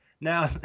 Now